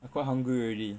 I quite hungry already